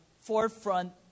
forefront